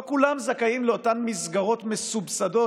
לא כולם זכאים לאותן מסגרות מסובסדות,